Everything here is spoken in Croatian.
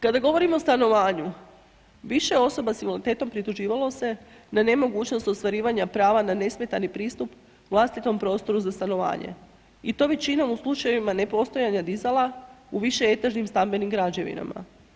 Kada govorimo o stanovanju, više osoba sa invaliditetom prituživalo se na nemogućnost ostvarivanja prava na nesmetani pristup vlastitom prostoru za stanovanje i to većinom u slučajevima nepostojanja dizala u višeetažnim stambenim građevinama.